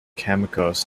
chemicals